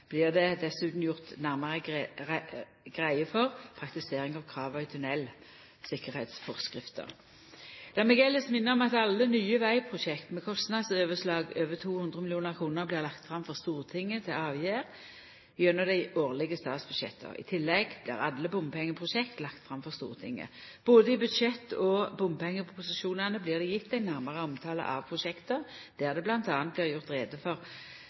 dessutan gjort nærare greie for praktisering av krava i tunnelsikkerheitsforskrifta. Lat meg elles minna om at alle nye vegprosjekt med kostnadsoverslag over 200 mill. kr blir lagde fram for Stortinget for avgjerd gjennom dei årlege statsbudsjetta. I tillegg blir alle bompengeprosjekt lagde fram for Stortinget. Både i budsjettproposisjonane og bompengeproposisjonane blir det gjeve ein nærare omtale av prosjekta, der det bl.a. blir gjort greie for